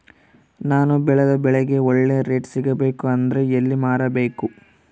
ನಾನು ಬೆಳೆದ ಬೆಳೆಗೆ ಒಳ್ಳೆ ರೇಟ್ ಸಿಗಬೇಕು ಅಂದ್ರೆ ಎಲ್ಲಿ ಮಾರಬೇಕು?